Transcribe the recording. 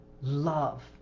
love